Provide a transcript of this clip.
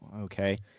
Okay